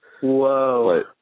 whoa